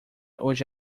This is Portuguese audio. hoje